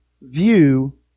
view